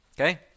okay